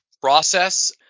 process